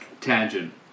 Tangent